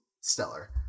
stellar